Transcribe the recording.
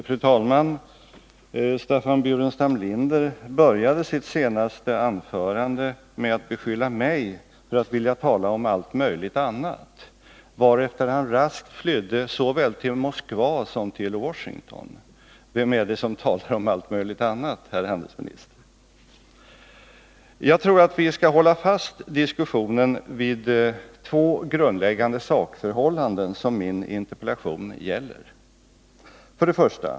Fru talman! Staffan Burenstam Linder började sitt senaste anförande med att beskylla mig för att vilja tala om ”allt möjligt annat” — varefter han raskt flydde såväl till Moskva som till Washington. Vem är det som talar om allt möjligt annat, herr handelsminister? Jag tror att vi skall hålla fast diskussionen vid två grundläggande sakförhållanden, som min interpellation gäller. 1.